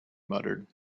muttered